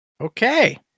Okay